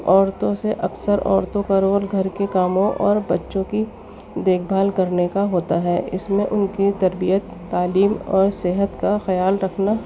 عورتوں سے اکثر عورتوں کا رول گھر کے کاموں اور بچوں کی دیکھ بھال کرنے کا ہوتا ہے اس میں ان کی تربیت تعلیم اور صحت کا خیال رکھنا